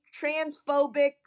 transphobic